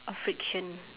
of friction